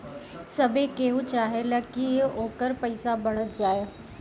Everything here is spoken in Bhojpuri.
सभे केहू चाहेला की ओकर पईसा बढ़त जाए